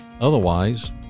Otherwise